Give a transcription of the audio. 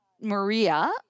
maria